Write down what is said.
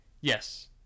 Yes